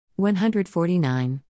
149